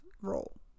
role